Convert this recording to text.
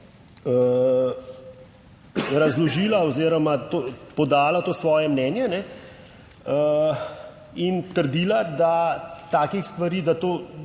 razložila oziroma podala to svoje mnenje in trdila, da takih stvari, da to,